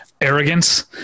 arrogance